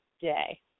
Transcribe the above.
day